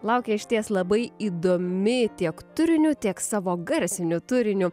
laukia išties labai įdomi tiek turiniu tiek savo garsiniu turiniu